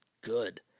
good